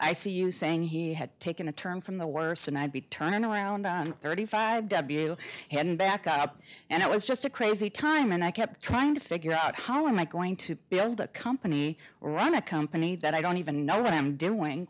u saying he had taken a turn from the worse and i'd be turning around thirty five w and back up and it was just a crazy time and i kept trying to figure out how am i going to build a company i run a company that i don't even know what i'm doing